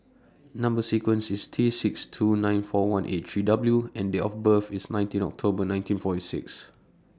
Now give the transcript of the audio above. Number sequence IS T six two nine four one eight three W and Date of birth IS nineteen October nineteen forty six